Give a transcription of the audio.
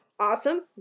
Awesome